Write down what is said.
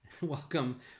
Welcome